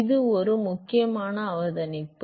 எனவே இது ஒரு முக்கியமான அவதானிப்பு